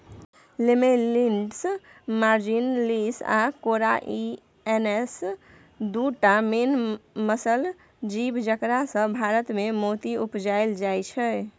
Lamellidens marginalis आ corrianus दु टा मेन मसल जीब जकरासँ भारतमे मोती उपजाएल जाइ छै